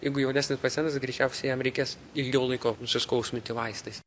jeigu jaunesnis pacientas greičiausiai jam reikės ilgiau laiko nusiskausminti vaistais